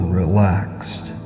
relaxed